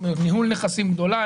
חברת ניהול נכסים גדולה,